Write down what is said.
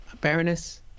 Baroness